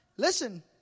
Listen